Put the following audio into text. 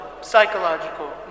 psychological